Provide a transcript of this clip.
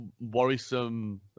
worrisome